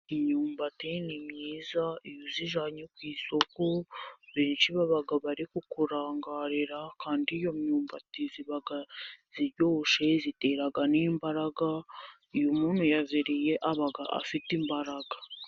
Imyumbati ni myiza. Iyo uyijyanye ku isuko benshi baba bari kukurangarira. Kandi iyo myumbati iba iryoshye itera n'imbaraga. Iyo umuntu yayiriye aba afite imbaraga.